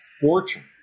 fortune